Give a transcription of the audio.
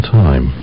time